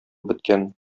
беткән